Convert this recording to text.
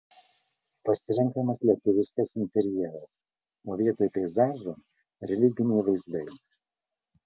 pasirenkamas lietuviškas interjeras o vietoj peizažo religiniai vaizdai